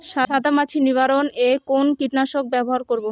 সাদা মাছি নিবারণ এ কোন কীটনাশক ব্যবহার করব?